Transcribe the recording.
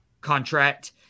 contract